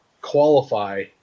qualify